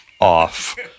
off